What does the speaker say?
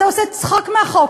אתה עושה צחוק מהחוק,